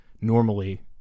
normally